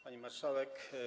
Pani Marszałek!